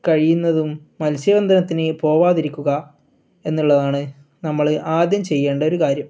കഴിയുന്നതും മത്സ്യ ബന്ധനത്തിന് പോവാതിരിക്കുക എന്നുള്ളതാണ് നമ്മൾ ആദ്യം ചെയ്യേണ്ട ഒരു കാര്യം